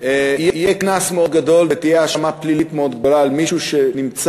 שיהיה קנס מאוד גדול ותהיה האשמה פלילית מאוד גדולה על מי שנמצא